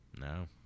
no